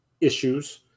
issues